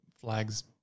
flag's